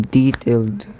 detailed